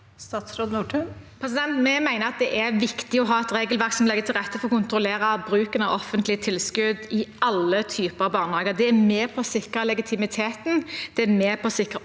Vi mener at det er viktig å ha et regelverk som legger til rette for å kontrollere bruken av offentlige tilskudd i alle typer barnehager. Det er med på å sikre legitimiteten, det er med på å sikre